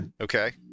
Okay